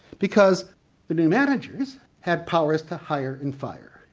because the new managers had powers to hire and fire,